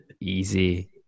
Easy